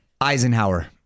Eisenhower